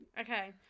okay